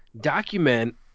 Document